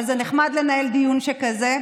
אבל זה נחמד לנהל דיון שכזה.